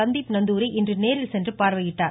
சந்தீப் நந்தூரி இன்று நேரில் கென்று பார் ணயிட்டார்